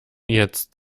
jetzt